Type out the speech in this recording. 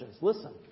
listen